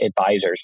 advisors